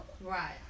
Right